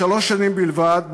שלוש שנים בלבד,